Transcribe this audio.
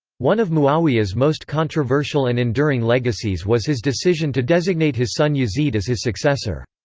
one of muawiyah's most controversial and enduring legacies was his decision to designate his son yazid as his successor.